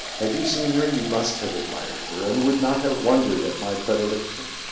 had you seen her you must have admired her, and would not have wondered at my predilection,